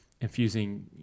infusing